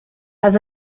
has